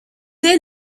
est